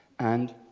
and,